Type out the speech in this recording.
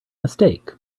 mistake